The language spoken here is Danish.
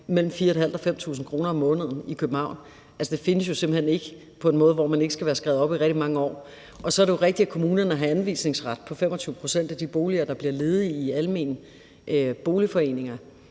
mellem 4.500 og 5.000 kr. om måneden. Altså, det findes jo simpelt hen ikke, medmindre man er skrevet op i rigtig, rigtig mange år. Så er det jo rigtigt, at kommunerne har en anvisningsret for 25 pct. af de boliger, der bliver ledige, i almene boligforeninger,